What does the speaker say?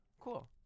Cool